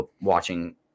watching